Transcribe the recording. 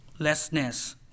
lessness